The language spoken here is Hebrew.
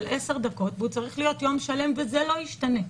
עשר דקות וצריך להיות יום שלם זה לא ישתנה.